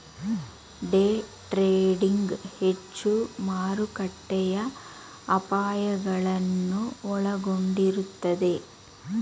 day trading ಹೆಚ್ಚು ಮಾರುಕಟ್ಟೆಯ ಅಪಾಯಗಳನ್ನು ಒಳಗೊಂಡಿರುತ್ತದೆ